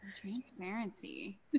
Transparency